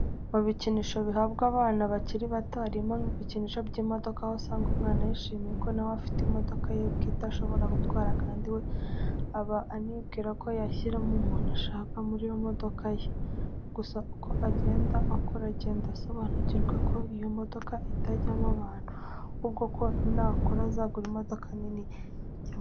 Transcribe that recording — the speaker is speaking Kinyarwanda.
Mu bikinisho bihabwa abana bakiri bato harimo n'ibikisho by'imodoka aho usanga umwana yishimiye ko nawe afite imodoka ye bwite ashobora gutwara kandi we aba anibwira ko yashyiramo umuntu ashaka muri iyo modoka ye. Gusa uko agenda akura agenda asobanukirwa ko iyo modoka itajyamo abantu ahubwo ko nakura azagura imodoka nini ijyamo abantu.